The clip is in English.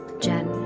Jen